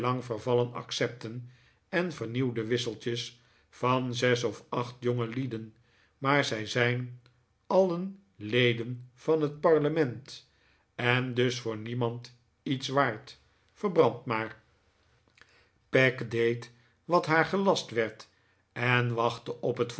lang vervallen accepten en vernieuwde wisseltjes van zes of acht jongelieden maar zij zijn alien leden van het parlement en dus voor niemand iets waard verbrand maar peg deed wat haar gelast werd en wachtte op het